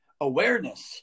awareness